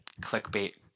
clickbait